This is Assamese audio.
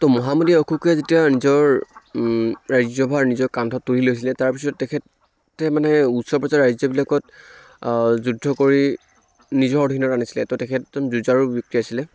ত' মহামতি অশোকে যেতিয়া নিজৰ ৰাজ্য়ভাৰ নিজৰ কান্ধত তুলি লৈছিলে তাৰ পিছত তেখেতে মানে ওচৰ পাজৰৰ ৰাজ্য়বিলাকত যুদ্ধ কৰি নিজৰ অধীনত আনিছিলে ত' তেখেত এজন যুঁজাৰু ব্য়ক্তি আছিলে